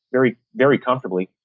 very very comfortably,